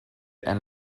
and